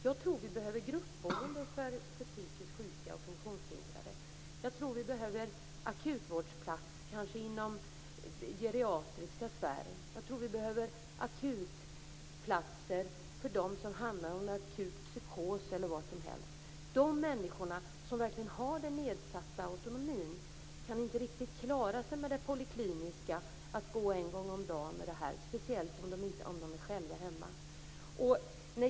Jag tror att vi behöver gruppboende för psykiskt sjuka och funktionshindrade, jag tror att vi behöver akutvårdsplatser, kanske inom den geriatriska sfären, och jag tror att vi behöver akutplatser för dem som hamnar i akut psykos. De människor som har en nedsatt autonomi kan inte riktigt klara sig med den polikliniska vården, att gå en gång om dagen, speciellt inte om de är ensamma hemma.